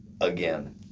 again